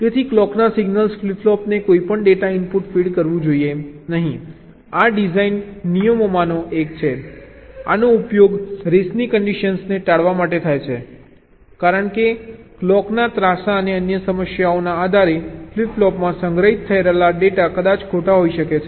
તેથી ક્લોકના signal flip ફ્લોપને કોઈપણ ડેટા ઇનપુટ ફીડ કરવું જોઈએ નહીં આ ડિઝાઇન નિયમોમાંનો એક છે આનો ઉપયોગ રેસની કન્ડીશનને ટાળવા માટે થાય છે કારણ કે ક્લોકના ત્રાંસા અને અન્ય સમસ્યાઓના આધારે ફ્લિપ ફ્લોપમાં સંગ્રહિત થઈ રહેલા ડેટા કદાચ ખોટા હોઈ શકે છે